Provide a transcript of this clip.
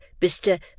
Mr